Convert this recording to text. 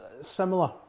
similar